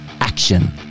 Action